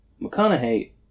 McConaughey